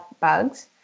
bugs